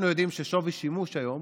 אנחנו יודעים ששווי שימוש היום